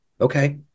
Okay